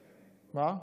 אמרת: